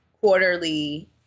quarterly